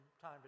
time